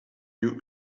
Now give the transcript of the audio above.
you